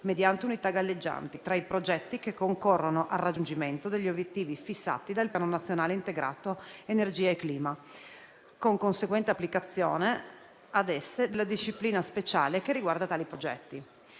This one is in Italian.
mediante unità galleggianti tra i progetti che concorrono al raggiungimento degli obiettivi fissati dal Piano nazionale integrato energia e clima (PNIEC), con conseguente applicazione ad esse della disciplina speciale che riguarda tali progetti.